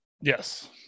Yes